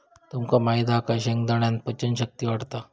तुमका माहित हा काय शेंगदाण्यान पचन शक्ती वाढता